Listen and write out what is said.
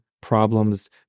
problems